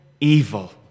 evil